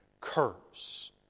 curse